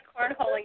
cornholing